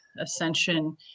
ascension